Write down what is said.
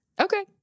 Okay